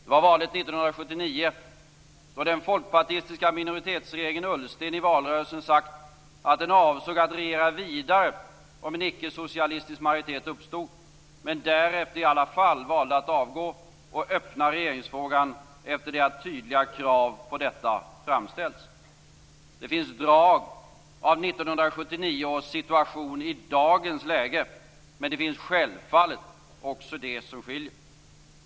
Det var valet 1979, då den folkpartistiska minoritetsregeringen Ullsten i valrörelsen hade sagt att man avsåg att regera vidare om en icke-socialistisk majoritet uppstod. Men därefter valde man i alla fall att avgå och lämna regeringsfrågan öppen, efter det att tydliga krav på detta framställts. Det finns drag av 1979 års situation i dagens läge. Men det finns självfallet också det som skiljer.